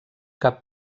cap